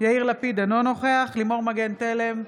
יאיר לפיד, אינו נוכח לימור מגן תלם,